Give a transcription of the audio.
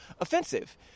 offensive